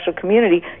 community